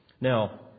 Now